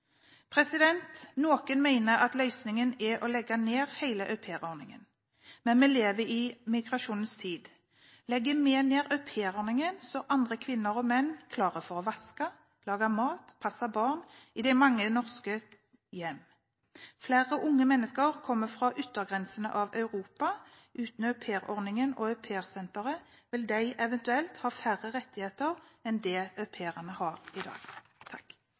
Noen mener at løsningene er å legge ned hele aupairordningen, men vi lever i migrasjonens tid. Legger vi ned aupairordningen, står andre kvinner og menn klare for å vaske, lage mat og passe barn i mange norske hjem. Flere unge mennesker kommer fra yttergrensene av Europa, og uten aupairordningen og Au Pair Center vil de eventuelt ha færre rettigheter enn det au pairene har i dag.